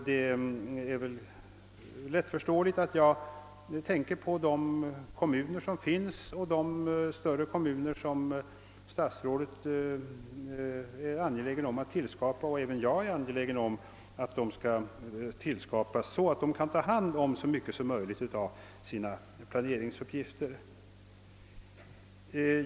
Det är väl lättförståeligt att jag tänker på de kommuner som finns och på de större kommuner, som både statsrådet och jag är angelägna om att tillskapa för att de skall kunna ta hand om så mycket som möjligt av sina planeringsuppgifter.